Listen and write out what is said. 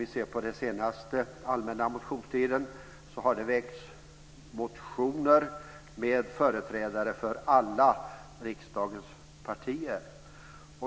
Under den senaste allmänna motionstiden väcktes motioner av företrädare för alla riksdagens partier.